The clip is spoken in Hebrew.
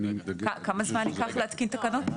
כמה זמן ייקח להתקין תקנות?